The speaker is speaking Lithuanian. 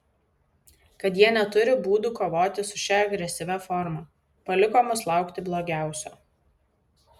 kad jie neturi būdų kovoti su šia agresyvia forma paliko mus laukti blogiausio